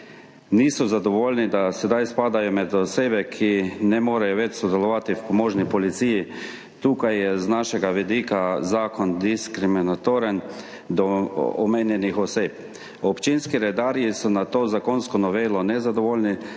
niso zadovoljni, da sedaj spadajo med osebe, ki ne morejo več sodelovati v pomožni policiji. Tukaj je z našega vidika zakon diskriminatoren do omenjenih oseb. Občinski redarji so s to zakonsko novelo nezadovoljni,